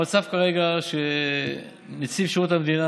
המצב כרגע הוא שנציב שירות המדינה,